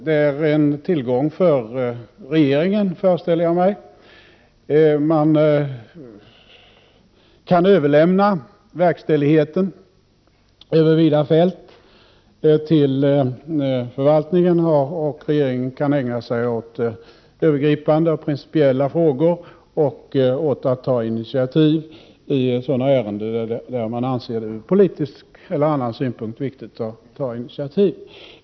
Det är en tillgång för regeringen, föreställer jag mig, att kunna överlämna verkställigheten över vida fält till förvaltningarna, så att regeringen kan ägna sig åt övergripande och principiella frågor samt åt att ta initiativ i sådana ärenden där man av politiska skäl eller på grund av andra omständigheter anser det viktigt att ta initiativ.